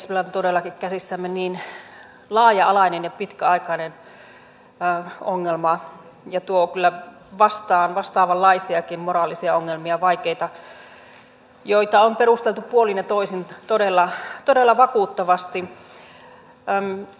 kyllä on todellakin käsissämme niin laaja alainen ja pitkäaikainen ongelma ja se tuo kyllä vastaan vastaavanlaisiakin vaikeita moraalisia ongelmia joita on perusteltu puolin ja toisin todella vakuuttavasti